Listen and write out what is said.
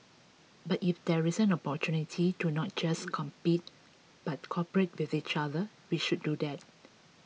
but if there is an opportunity to not just compete but cooperate with each other we should do that